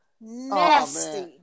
Nasty